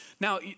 Now